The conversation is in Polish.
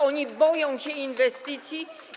Oni boją się inwestycji.